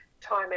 Time